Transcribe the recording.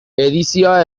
edizioa